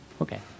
Okay